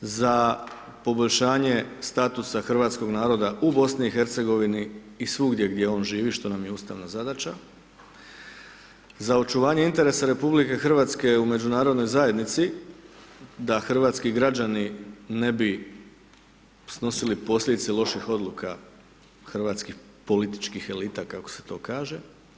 Za poboljšanje statusa hrvatskog naroda u BiH i svugdje gdje on živi što nam je ustavna zadaća, za očuvanje interesa RH u međunarodnoj zajednici da hrvatski građani ne bi snosili posljedice loših odluka hrvatskih političkih elita, kako se to kaže.